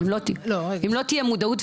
אם לא תהיה מודעות,